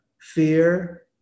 fear